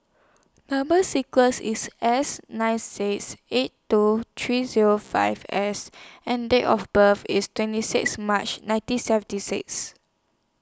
Number sequence IS S nine six eight two three Zero five S and Date of birth IS twenty six March nineteen seventy six